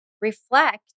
reflect